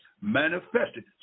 manifested